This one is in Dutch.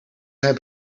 zijn